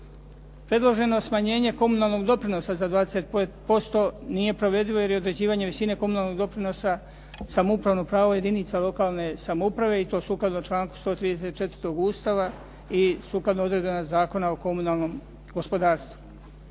Predloženo smanjenje komunalnog doprinosa za 20% nije provedivo jer je određivanje visine komunalnih doprinosa samoupravno pravo jedinica lokalne samouprave i to sukladno članku 134. Ustava i sukladno odredbama Zakona o komunalnom gospodarstvu.